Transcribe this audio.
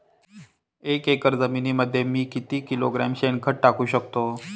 एक एकर जमिनीमध्ये मी किती किलोग्रॅम शेणखत टाकू शकतो?